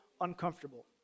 uncomfortable